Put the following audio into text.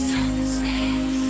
Sunset